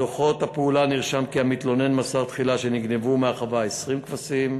בדוחות הפעולה נרשם כי המתלונן מסר תחילה שנגנבו מהחווה 20 כבשים,